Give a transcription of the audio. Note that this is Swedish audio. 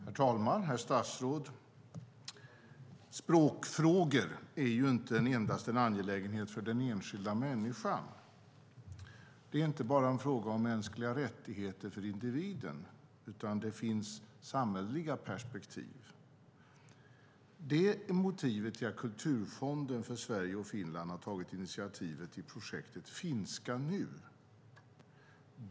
Herr talman och herr statsråd! Språkfrågor är inte endast en angelägenhet för den enskilda människan. Det är inte bara en fråga om mänskliga rättigheter för individen, utan det finns också samhälleliga perspektiv. Det är motivet till att Kulturfonden för Sverige och Finland har tagit initiativet till projektet Finska nu.